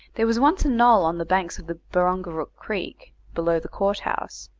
there was once a knoll on the banks of the barongarook creek, below the court-house,